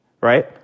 right